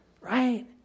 Right